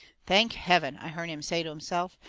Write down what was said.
thank heaven! i hearn him say to himself.